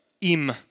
im